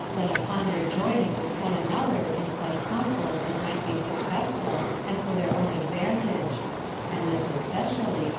than upon their joining with one another in such councils as might be successful, and for their own advantage and this especially,